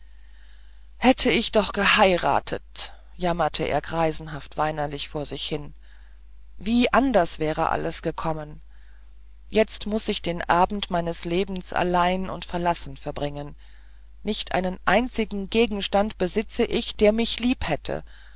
hätte ich doch geheiratet jammerte er greisenhaft weinerlich vor sich hin wie anders wäre alles gekommen jetzt muß ich den abend meines lebens allein und verlassen verbringen nicht einen einzigen gegenstand besitze ich der mich lieb hätte